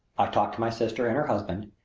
i talked to my sister and her husband,